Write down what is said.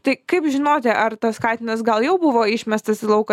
tai kaip žinoti ar tas katinas gal jau buvo išmestas į lauką